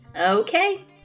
okay